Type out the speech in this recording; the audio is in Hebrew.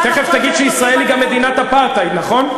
תגיד שמדינת ישראל היא מדינת אפרטהייד, נכון?